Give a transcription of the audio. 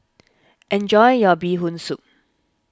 enjoy your Bee Hoon Soup